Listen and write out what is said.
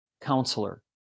counselor